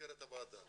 במסגרת הוועדה.